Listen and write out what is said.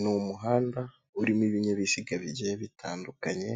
Ni umuhanda urimo ibinyabiziga bigiye bitandukanye,